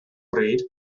bryd